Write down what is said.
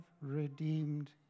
redeemed